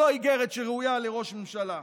לא איגרת שראויה לראש ממשלה.